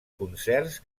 concerts